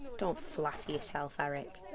don't flatter yourself, eric.